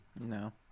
No